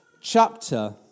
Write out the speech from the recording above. chapter